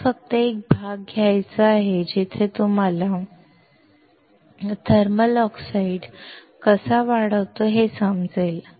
मला फक्त एक भाग घ्यायचा आहे जिथे तुम्हाला थर्मल ऑक्साईड कसा वाढतो हे समजेल